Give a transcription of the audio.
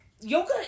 yoga